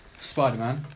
Spider-Man